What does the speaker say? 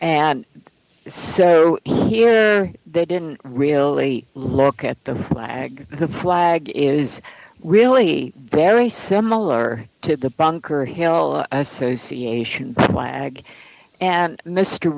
and so here they didn't really look at the flag the flag is really very similar to the bunker hill association flag and mr